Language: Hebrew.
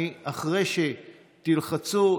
אחרי שתלחצו,